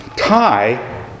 tie